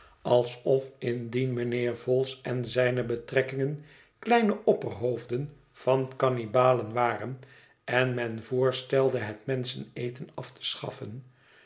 alsof indien mijnheer vholes en zijne betrekkingen kleine opperhoofden van kannibalen waren en men voorstelde het menscheneten af te schaffen